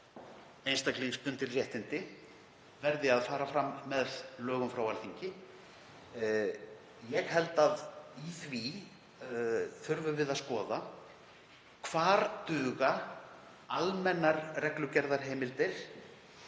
einstaklingsbundin réttindi verði að fara fram með lögum frá Alþingi. Ég held að í því þurfum við að skoða hvar dugi almennar reglugerðarheimildir